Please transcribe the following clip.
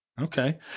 Okay